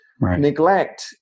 Neglect